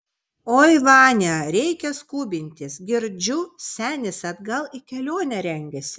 oi vania reikia skubintis girdžiu senis atgal į kelionę rengiasi